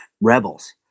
Rebels